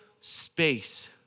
space